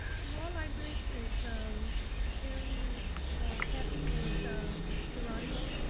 law libraries is a very heavy with ah periodicals,